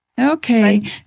Okay